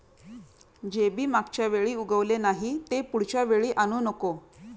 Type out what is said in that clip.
जे बी मागच्या वेळी उगवले नाही, ते पुढच्या वेळी आणू नको